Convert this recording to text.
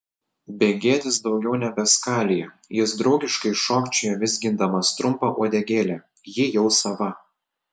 begėdis daugiau nebeskalija jis draugiškai šokčioja vizgindamas trumpą uodegėlę ji jau sava